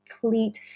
complete